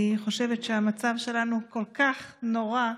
אני חושבת שהמצב שלנו כל כך נורא.